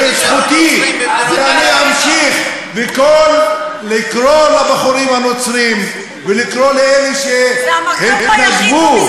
וזכותי להמשיך ולקרוא לכל הבחורים הנוצרים ולקרוא לאלה שהתנדבו,